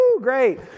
great